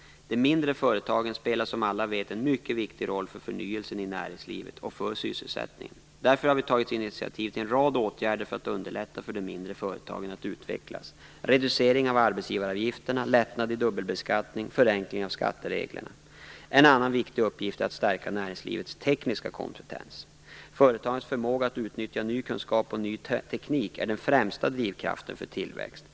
De mindre företagen spelar som alla vet en mycket viktig roll för förnyelsen i näringslivet och för sysselsättningen. Därför har vi tagit initiativ till en rad åtgärder för att underlätta för de mindre företagen att utvecklas, bl.a. genom reducering av arbetsgivaravgifterna, lättnad i dubbelbeskattningen och förenkling av skatteregler. En annan viktig uppgift är att stärka näringslivets tekniska kompetens. Företagens förmåga att utnyttja ny kunskap och ny teknik är den främsta drivkraften för tillväxt.